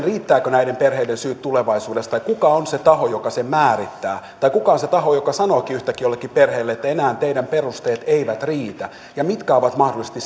riittävätkö näiden perheiden syyt tulevaisuudessa tai kuka on se taho joka sen määrittää tai kuka on se taho joka sanookin yhtäkkiä jollekin perheelle että enää teidän perusteenne eivät riitä ja mitkä ovat mahdollisesti